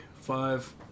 five